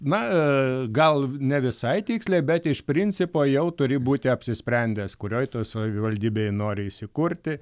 na gal ne visai tiksliai bet iš principo jau turi būti apsisprendęs kurioj tu savivaldybėj nori įsikurti